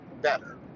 better